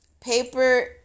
paper